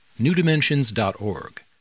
newdimensions.org